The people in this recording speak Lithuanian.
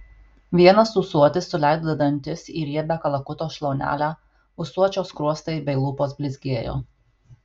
vienas ūsuotis suleido dantis į riebią kalakuto šlaunelę ūsuočio skruostai bei lūpos blizgėjo